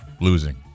losing